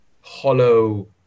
hollow